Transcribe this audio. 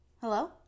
hello